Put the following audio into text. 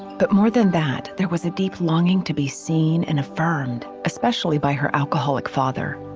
but more than that, there was a deep longing to be seen and affirmed especially by her alcoholic father.